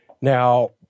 Now